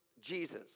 Jesus